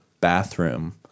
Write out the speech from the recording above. bathroom